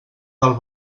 del